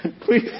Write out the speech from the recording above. please